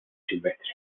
silvestres